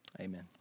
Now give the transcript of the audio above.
amen